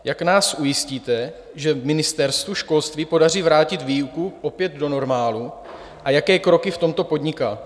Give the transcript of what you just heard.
Jak nás ujistíte, že se Ministerstvu školství podaří vrátit výuku opět do normálu, a jaké kroky v tomto podniká?